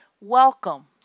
Welcome